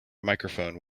microphone